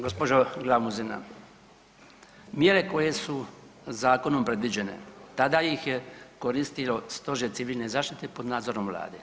Gospođo Glamuzina, mjere koje su zakonom predviđene tada ih je koristio Stožer civilne zaštite pod nadzorom Vlade.